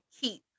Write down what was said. keep